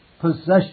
possession